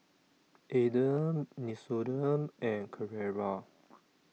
Aden Nixoderm and Carrera